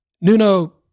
Nuno